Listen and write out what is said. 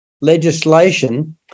legislation